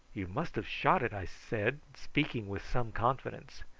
you must have shot it, i said, speaking with some confidence.